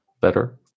Better